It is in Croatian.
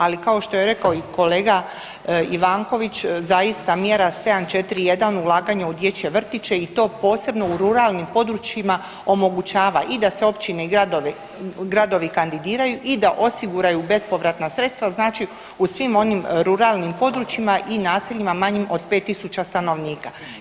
Ali kao što je rekao i kolega Ivanović zaista mjera 741 ulaganje u dječje vrtiće i to posebno u ruralnim područjima omogućava i da se općine i gradovi kandidiraju i da osiguraju bespovratna sredstva, znači u svim onim ruralnim područjima i naseljima manjima od 5 tisuća stanovnika.